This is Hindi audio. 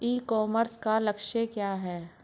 ई कॉमर्स का लक्ष्य क्या है?